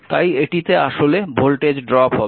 তাই এটিতে আসলে ভোল্টেজ ড্রপ হবে